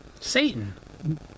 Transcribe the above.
Satan